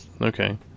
Okay